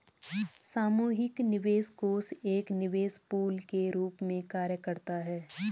सामूहिक निवेश कोष एक निवेश पूल के रूप में कार्य करता है